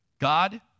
God